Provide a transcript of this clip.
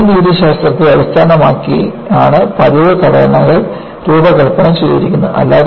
അതിനാൽ ഡിസൈൻ രീതിശാസ്ത്രത്തെ അടിസ്ഥാനമാക്കിയാണ് പതിവ് ഘടകങ്ങൾ രൂപകൽപ്പന ചെയ്തിരിക്കുന്നത്